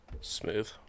Smooth